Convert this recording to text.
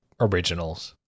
originals